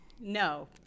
No